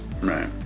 Right